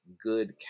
good